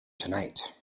tonight